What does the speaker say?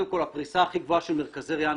הפריסה הכי גבוהה של מרכזי ריאן,